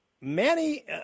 Manny